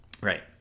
Right